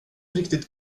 riktigt